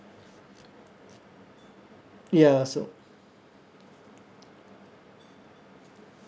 ya so